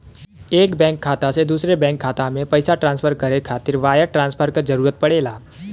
एक बैंक खाता से दूसरे बैंक खाता में पइसा ट्रांसफर करे खातिर वायर ट्रांसफर क जरूरत पड़ेला